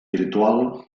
virtual